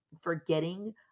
forgetting